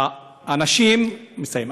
אני מסיים,